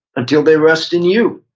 until they rest in you.